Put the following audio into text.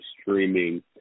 streaming